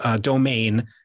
domain